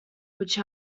which